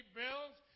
bills